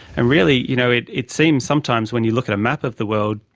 and really you know it it seems sometimes when you look at a map of the world,